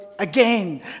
Again